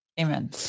Amen